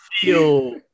feel